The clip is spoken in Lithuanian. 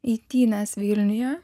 eitynės vilniuje